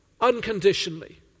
unconditionally